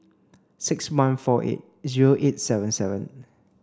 six one four eight zero eight seven seven